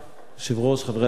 היושב-ראש, חברי הכנסת,